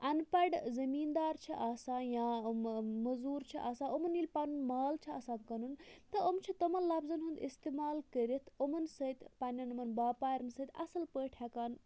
اَن پڑ زمیٖن دار چھِ آسان یا یِم موٚزوٗر چھِ آسان یِمن ییٚلہِ پَنُن مال چھُ آسان کٕنُن تہٕ یِم چھ تِمَن لَفظَن ہُنٛد اِستعمال کٔرِتھ یِمن سۭتۍ پَننٮ۪ن یِمن باپارٮ۪ن سۭتۍ اصٕل پٲٹھۍ ہیٚکان